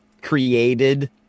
created